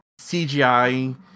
CGI